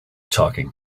talking